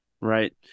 Right